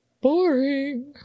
Boring